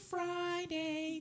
Friday